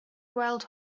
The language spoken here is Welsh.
gweld